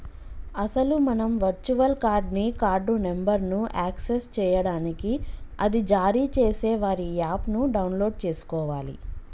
అసలు మనం virtual card ని కార్డు నెంబర్ను యాక్సెస్ చేయడానికి అది జారీ చేసే వారి యాప్ ను డౌన్లోడ్ చేసుకోవాలి